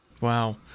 Wow